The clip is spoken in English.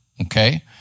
okay